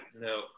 No